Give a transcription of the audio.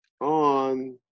on